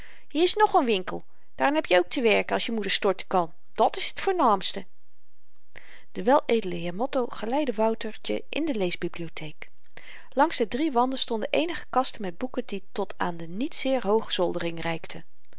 hier is ng n winkel daarin heb je ook te werken als je moeder storten kan dat's t voornaamste de weledele heer motto geleidde woutertje in de leesbibliotheek langs de drie wanden stonden eenige kasten met boeken die tot aan de niet zeer hooge zoldering